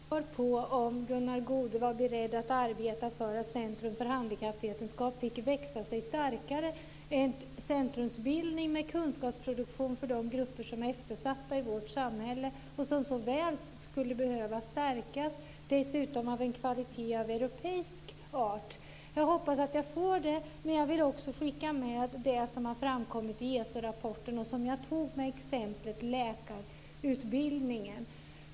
Herr talman! Jag tycker inte att jag fick svar om Gunnar Goude är beredd att arbeta för att Centrum för handikappvetenskap får växa sig starkare. Det är en centrumbildning med kunskapsproduktion för de grupper som är eftersatta i vårt samhälle och som så väl skulle behöva stärkas, dessutom av en kvalitet av europeisk art. Jag hoppas att jag får ett svar. Jag vill också skicka med det som har framkommit i ESO-rapporten, där jag tog exemplet med läkarutbildningen.